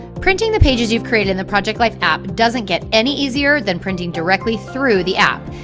printing the pages you've created in the project life app doesn't get any easier than printing directly through the app,